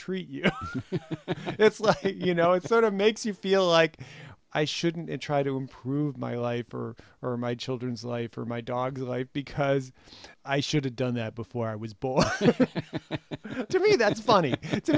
treat you it's you know it's sort of makes you feel like i shouldn't try to improve my life or my children's life or my dog's life because i should have done that before i was born to me that's funny to